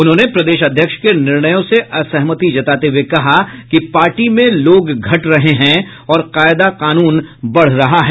उन्होंने प्रदेश अध्यक्ष के निर्णयों से असहमति जताते हुए कहा कि पार्टी में लोग घट रहे हैं और कायदा कानून बढ़ रहा है